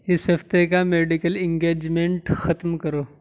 اس ہفتے کا medical engagement ختم کرو